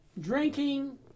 drinking